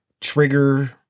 trigger